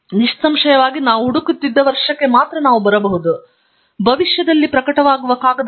ನಿಸ್ಸಂಶಯವಾಗಿ ನಾವು ಹುಡುಕುತ್ತಿದ್ದ ವರ್ಷಕ್ಕೆ ಮಾತ್ರ ನಾವು ಬರಬಹುದು ಏಕೆಂದರೆ ಭವಿಷ್ಯದಲ್ಲಿ ಪ್ರಕಟವಾಗುವ ಕಾಗದವು ಇನ್ನೂ ನಮಗೆ ಲಭ್ಯವಿಲ್ಲ